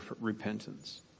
repentance